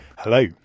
Hello